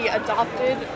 adopted